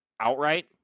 outright